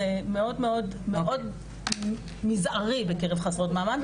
זה מאוד מזערי בקרב חסרות מעמד.